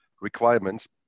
requirements